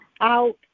out